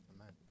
Amen